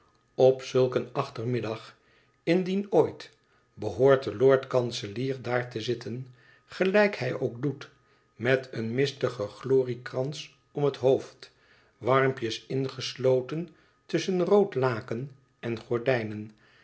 op zulk een achtermiddag indien ooit behoort de lord kanselier daar te zitten gelijk hij ook doet met een mistigen gloriekrans om het hoofd warmpjes ingesloten tusschen rood laken en gordijnen